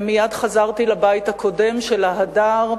מייד חזרתי לבית הקודם של ה"הדר,